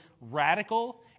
radical